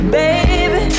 baby